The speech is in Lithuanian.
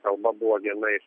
kalba buvo viena iš